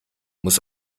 muss